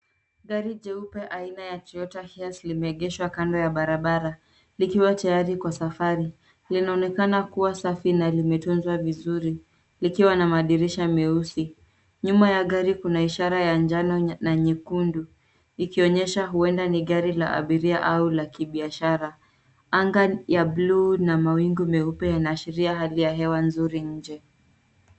Gari jeupe aina ya cs[Toyota Hiace]cs limeegeshwa kando ya barabara likiwa tayari kwa safari. Linaonekana kuwa safi na limetunzwa vizuri likiwa na madirisha meusi. Nyuma ya gari kuna ishara ya njano na nyekundu ikionyesha huenda ni gari la abiria au la kibiashara. Anga ya buluu na mawingu meupe yanaashiria hali ya hewa nzuri nje.